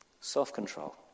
Self-control